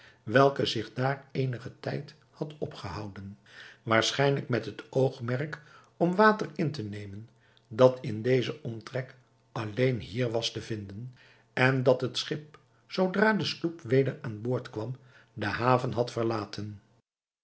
welke zich daar eenigen tijd had opgehouden waarschijnlijk met het oogmerk om water in te nemen dat in dezen omtrek alleen hier was te vinden en dat het schip zoodra de sloep weder aan boord kwam de haven had verlaten